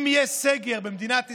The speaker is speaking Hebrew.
אם יהיה סגר במדינת ישראל,